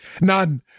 None